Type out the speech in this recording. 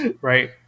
Right